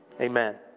Amen